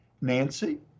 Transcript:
Nancy